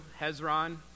Hezron